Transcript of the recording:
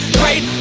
great